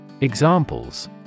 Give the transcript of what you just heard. Examples